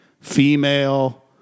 female